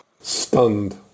Stunned